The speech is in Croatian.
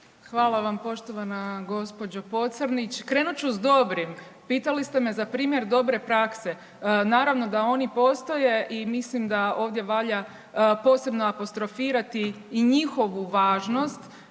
Hvala vam poštovana gospođo Pocrnić, krenut ću s dobrim pitali ste me za primjer dobre prakse, naravno da oni postoje i mislim da ovdje valja posebno apostrofirati i njihovu važnost.